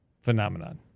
phenomenon